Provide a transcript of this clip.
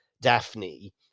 Daphne